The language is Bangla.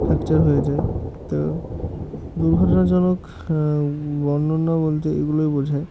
ফ্র্যাকচার হয়ে যায় তো দুর্ঘটনাজনক বর্ণনা বলতে এগুলোই বোঝায়